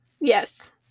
yes